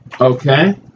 Okay